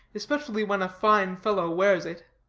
especially when a fine fellow wears it.